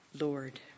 Lord